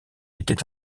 était